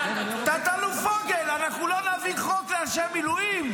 תת-אלוף פוגל, אנחנו לא נביא חוק לאנשי המילואים?